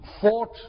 fought